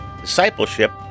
discipleship